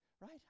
right